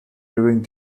during